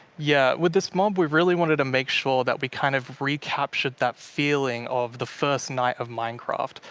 yeah, with this mob, we really wanted to make sure that we kind of recaptured that feeling of the first night of minecraft.